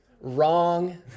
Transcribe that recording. Wrong